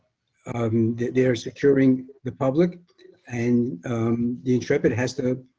um they're securing the public and the intrepid has to,